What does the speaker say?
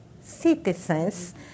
citizens